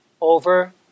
over